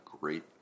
great